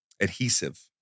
adhesive